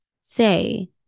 say